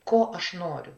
ko aš noriu